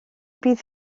bydd